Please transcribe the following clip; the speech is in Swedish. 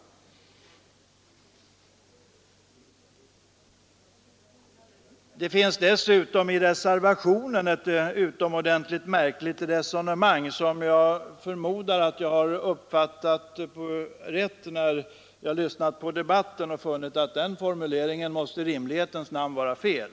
I reservationen finns dessutom ett utomordentligt märkligt resonemang, som jag förmodar att jag har uppfattat riktigt. När jag lyssnat på debatten, har jag funnit att formuleringen i rimlighetens namn måste vara fel.